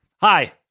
Hi